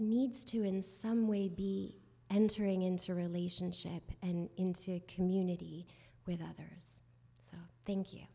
needs to in some way be entering into a relationship and into a community with others so thank you